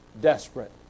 desperate